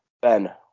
Ben